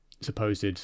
supposed